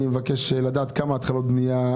אני מבקש לדעת כמה התחלות בנייה יש.